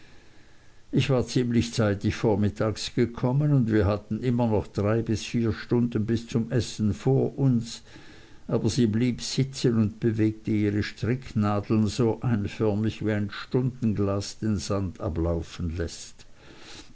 ich war ziemlich zeitig vormittags gekommen und wir hatten immer noch drei bis vier stunden bis zum essen vor uns aber sie blieb sitzen und bewegte ihre stricknadeln so einförmig wie ein stundenglas den sand ablaufen läßt